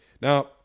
Now